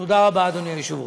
תודה רבה, אדוני היושב-ראש.